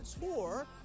tour